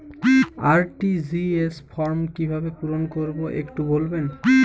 RTGS form কিভাবে পূরণ করবো একটু বলবেন?